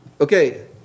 Okay